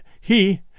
he